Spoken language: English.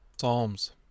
Psalms